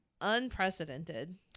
unprecedented